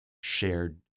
shared